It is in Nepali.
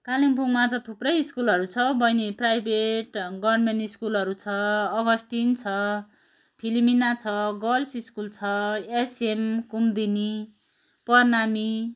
कालिम्पोङमा त थुप्रै स्कुलहरू छ हौ बहिनी प्राइभेट गर्मेन्ट स्कुलहरू छ अगस्टिन छ फिलोमिना छ गर्ल्स स्कुल छ एसयुएमआई कुम्दिनी प्रणामी